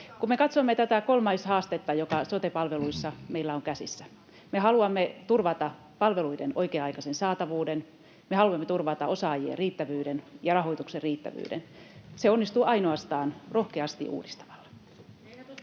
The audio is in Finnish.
Kun me katsomme tätä kolmoishaastetta, joka sote-palveluissa meillä on käsissä, me haluamme turvata palveluiden oikea-aikaisen saatavuuden, osaajien riittävyyden ja rahoituksen riittävyyden. Se onnistuu ainoastaan rohkeasti uudistamalla.